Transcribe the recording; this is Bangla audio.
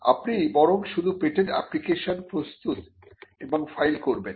আপনি বরং শুধু পেটেন্ট অ্যাপ্লিকেশন প্রস্তুত এবং ফাইল করবেন